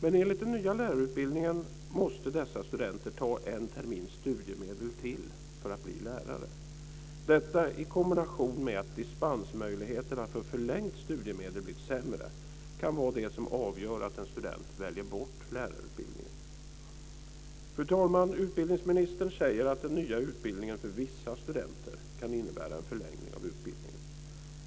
Men enligt den nya lärarutbildningen måste dessa studenter ta en termins studiemedel till för att bli lärare. Detta i kombination med att dispensmöjligheterna för förlängt studiemedel blivit sämre kan vara det som avgör att en student väljer bort lärarutbildningen. Fru talman! Utbildningsministern säger att den nya utbildningen för vissa studenter kan innebära en förlängning av utbildningen.